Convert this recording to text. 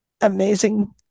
amazing